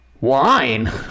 wine